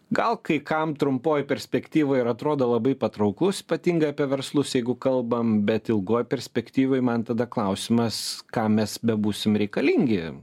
gal kai kam trumpoj perspektyvoj ir atrodo labai patrauklus ypatingai apie verslus jeigu kalbam bet ilgoj perspektyvoj man tada klausimas kam mes bebūsim reikalingi